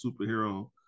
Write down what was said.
superhero